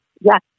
Yes